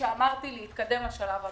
להתקדם לשלב הבא.